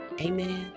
amen